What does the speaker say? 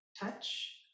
touch